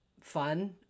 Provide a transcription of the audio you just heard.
fun